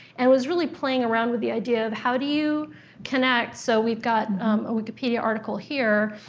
and was really playing around with the idea of how do you connect. so we've got a wikipedia article here.